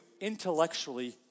intellectually